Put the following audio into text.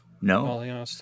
No